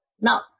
Now